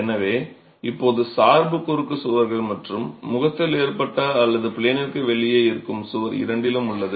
எனவே இப்போது சார்பு குறுக்கு சுவர்கள் மற்றும் முகத்தில் ஏற்றப்பட்ட அல்லது ப்ளேனிற்கு வெளியே இருக்கும் சுவர் இரண்டிலும் உள்ளது